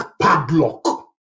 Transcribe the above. padlock